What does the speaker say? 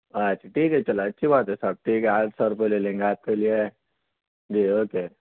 اچھا ٹھیک چلو اچھی بات ہے صاحب ٹھیک ہے آٹھ سو روپے لے لیں گے آپ کے لیے جی اوکے